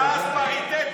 מחליט.